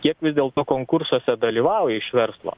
kiek vis dėlto konkursuose dalyvauja iš verslo